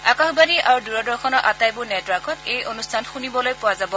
আকাশবাণী আৰু দূৰদৰ্শনৰ আটাইবোৰ নেটৱৰ্কত এই অনুষ্ঠান শুনিবলৈ পোৱা যাব